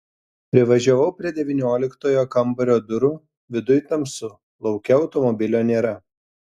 privažiavau prie devynioliktojo kambario durų viduj tamsu lauke automobilio nėra